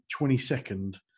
22nd